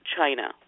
China